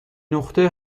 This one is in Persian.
نقطه